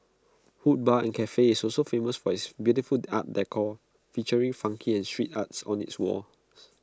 hood bar and Cafe is also famous for its beautiful art decor featuring funky and street arts on its walls